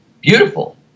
beautiful